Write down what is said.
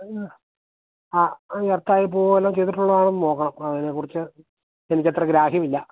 അതിന് ആ കട്ടായി പോകുമോ വല്ലതും ചെയ്തിട്ടുണ്ടോ എന്ന് നോക്കണം അതിനെ കുറിച്ചു എനിക്ക് അത്ര ഗ്രാഹ്യമില്ല